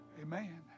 Amen